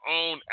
own